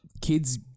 kids